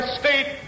state